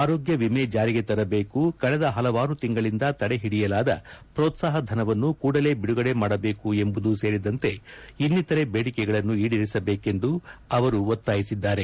ಆರೋಗ್ಯ ವಿಮೆ ಜಾರಿಗೆ ತರಬೇಕು ಕಳೆದ ಹಲವಾರು ತಿಂಗಳಿಂದ ತಡೆಹಿಡಿಯಲಾದ ಪ್ರೋತ್ಸಾಹ ಧನವನ್ನು ಕೂಡಲೇ ಬಿಡುಗಡೆ ಮಾಡಬೇಕು ಎಂಬುದು ಸೇರಿದಂತೆ ಇನ್ನಿತರೆ ಬೇಡಿಕೆಗಳನ್ನು ಈಡೇರಿಸಬೇಕೆಂದು ಅವರು ಒತ್ತಾಯಿಸಿದ್ದಾರೆ